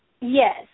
Yes